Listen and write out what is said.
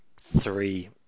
three